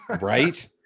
right